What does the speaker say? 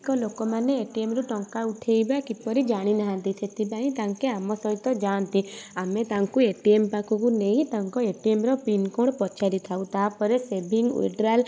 ଲୋକମାନେ ଏଟିଏମ୍ ରୁ ଟଙ୍କା ଉଠାଇବା କିପରି ଜାଣିନାହାଁନ୍ତି ସେଥିପାଇଁ ତାଙ୍କେ ଆମ ସହିତ ଯାଆନ୍ତି ଆମେ ତାଙ୍କୁ ଏ ଟି ଏମ୍ ପାଖକୁ ନେଇ ତାଙ୍କ ଏଟିଏମ୍ର ପିନ କୋଡ଼୍ ପଚାରି ଥାଉ ତାପରେ ସେଭିଙ୍ଗ୍ ୱିଡ଼୍ରାଲ୍